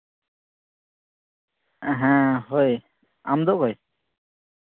ᱦᱮᱸ ᱦᱳᱭ ᱟᱢ ᱫᱚ ᱚᱠᱚᱭ